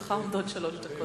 לרשותך עומדות שלוש דקות.